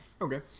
Okay